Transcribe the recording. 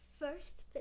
First